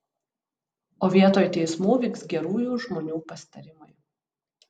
o vietoj teismų vyks gerųjų žmonių pasitarimai